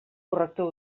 corrector